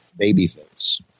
Babyface